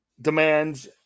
demands